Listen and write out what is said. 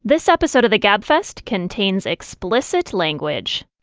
this episode of the gabfest contains explicit language